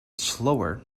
slower